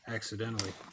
Accidentally